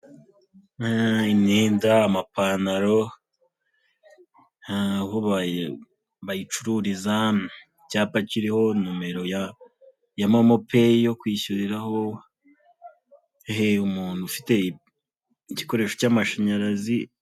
Imyenda, amapantaro, aho bayicururiza, icyapa kiriho nomero ya momopeyi yo kwishyuriraho, umuntu ufite igikoresho cy'amashanyarazi.